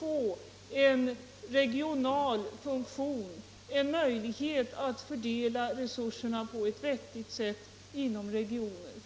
på en regional funktion, en möjlighet att fördela resurserna på ett vettigt sätt inom regionen.